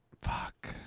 Fuck